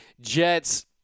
Jets